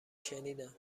شنیدم